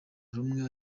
rumwe